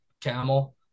camel